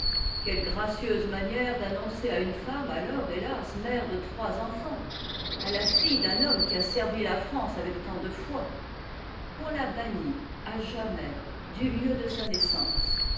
quelle gracieuse manière d'annoncer à une femme alors hélas mère de trois enfants à la fille d'uri homme qui a servi la france avec tant dé foi qu'on la banuit a jamais du lieu de sa naissance